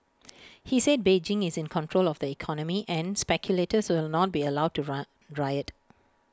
he said Beijing is in control of the economy and speculators will not be allowed to run riot